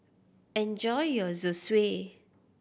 enjoy your Zosui